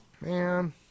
man